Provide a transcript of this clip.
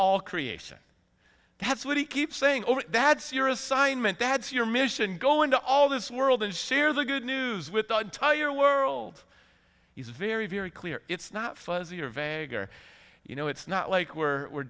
all creation that's what he keeps saying over that's your assignment that's your mission go into all this world and share the good news with the entire world is very very clear it's not fuzzier vaguer you know it's not like we were